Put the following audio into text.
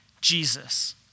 Jesus